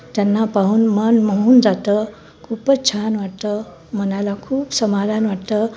त्यांना पाहून मन मोहून जातं खूपच छान वाटतं मनाला खूप समाधान वाटतं